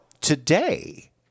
today